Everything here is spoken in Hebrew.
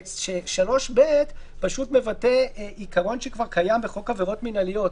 3(ב) מבטא עיקרון שכבר קיים בחוק העבירות המינהליות.